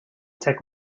tech